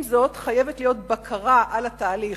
עם זאת חייבת להיות בקרה על התהליך,